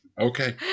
Okay